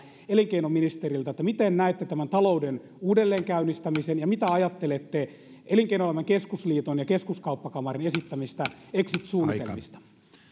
elinkeinoministeriltä miten näette tämän talouden uudelleenkäynnistämisen ja mitä ajattelette elinkeinoelämän keskusliiton ja keskuskauppakamarin esittämistä exit suunnitelmista